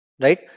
Right